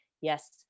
Yes